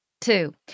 Two